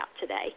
today